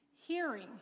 Hearing